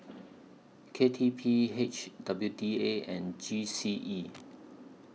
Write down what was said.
K T P H W D A and G C E